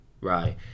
Right